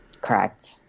Correct